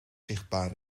zichtbaar